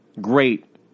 Great